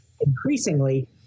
increasingly